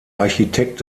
architekt